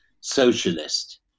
socialist